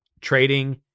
Trading